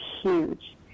huge